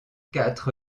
quatre